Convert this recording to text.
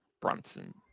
Brunson